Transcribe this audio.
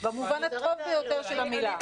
במובן הטוב ביותר של המילה.